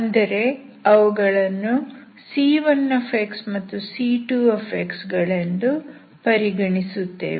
ಅಂದರೆ ಅವುಗಳನ್ನು c1x ಮತ್ತು c2x ಗಳೆಂದು ಪರಿಗಣಿಸುತ್ತೇವೆ